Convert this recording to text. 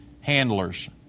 handlers